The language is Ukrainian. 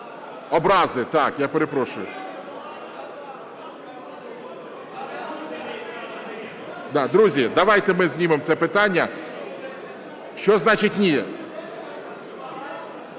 Образи, так, я перепрошую. (Шум у залі) Друзі, давайте ми знімемо це питання. Що значить, ні?